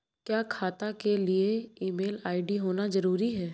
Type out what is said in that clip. क्या खाता के लिए ईमेल आई.डी होना जरूरी है?